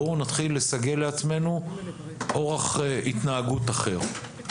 בואו נתחיל לסגל לעצמנו אורח התנהגות אחר.